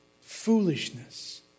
foolishness